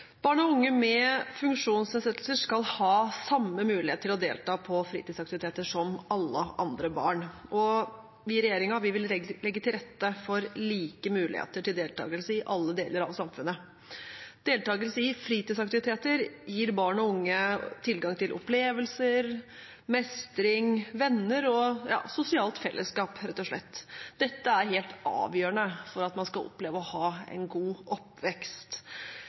Barn og unge med funksjonsnedsettelser skal ha samme mulighet til å delta på fritidsaktiviteter som alle andre barn. Vi i regjeringen vil legge til rette for like muligheter til deltakelse i alle deler av samfunnet. Deltakelse i fritidsaktiviteter gir barn og unge tilgang til opplevelser, mestring, venner og sosialt fellesskap, rett og slett. Dette er helt avgjørende for at man skal oppleve å ha en god oppvekst.